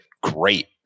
great